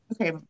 okay